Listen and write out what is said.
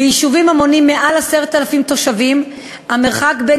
ביישובים המונים מעל 10,000 תושבים המרחק בין